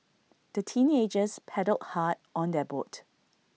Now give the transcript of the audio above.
the teenagers paddled hard on their boat